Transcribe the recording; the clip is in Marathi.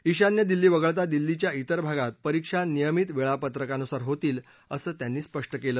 ईशान्य दिल्ली वगळता दिल्लीच्या विर भागात परीक्षा नियमित वेळापत्रकानुसार होतील असं त्यांनी स्पष्ट केलं